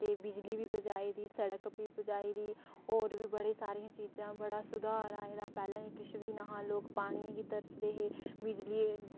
ते बिजली बी पजाई दी सड़क बी पजाई दी सड़क बी पजाई दी होर बी बड़ियां सारियां चीज़ां बड़ा जादै सुधार आए दा पैह्लें किश बी नेहा लोक पानियै गी तरसदे हे बिजलियै गी